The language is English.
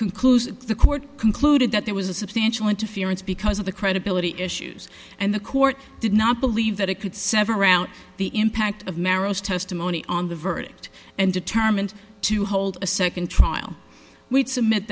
conclude the court concluded that there was a substantial interference because of the credibility issues and the court did not believe that it could several rounds the impact of merrill's testimony on the verdict and determined to hold a second trial we submit